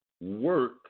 work